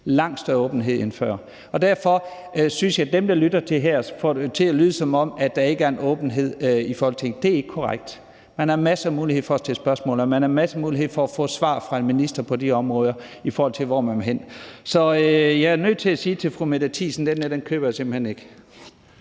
langt større åbenhed end før. Så jeg synes, at man her får det til at lyde, som der ikke er åbenhed i Folketinget, og det er ikke korrekt. Man har masser af muligheder for at stille spørgsmål, og man har masser af muligheder for at få et svar fra en minister på de områder, man har interesse for. Så jeg er nødt til at sige til fru Mette Thiesen, at den der køber jeg simpelt hen ikke.